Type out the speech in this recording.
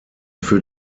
für